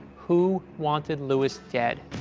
who wanted lewis dead?